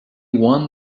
one